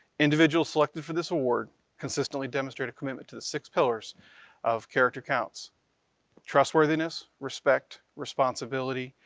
individuals selected for this award consistently demonstrate a commitment to the six pillars of character counts trustworthiness, respect, responsibility,